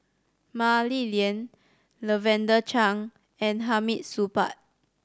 Mah Li Lian Lavender Chang and Hamid Supaat